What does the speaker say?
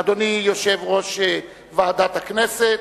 אדוני יושב-ראש ועדת הכנסת.